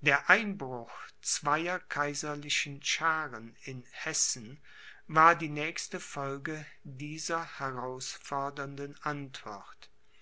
der einbruch zweier kaiserlichen schaaren in hessen war die nächste folge dieser herausfordernden antwort